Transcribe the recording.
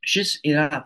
šis yra